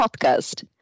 podcast